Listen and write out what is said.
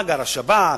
מאגר השב"כ,